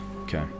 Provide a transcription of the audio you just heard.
Okay